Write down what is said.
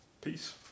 peace